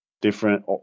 different